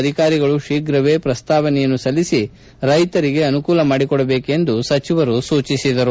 ಅಧಿಕಾರಿಗಳು ಶೀಘ್ರದಲ್ಲೇ ಪ್ರಸ್ತಾವನೆಯನ್ನು ಸಲ್ಲಿಸಿ ರೈತರಿಗೆ ಅನುಕೂಲ ಮಾಡಿಕೊಡಬೇಕೆಂದು ಸಚಿವರು ಹೇಳಿದರು